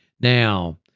Now